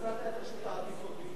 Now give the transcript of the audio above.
חנא סוייד ועפו אגבאריה לפני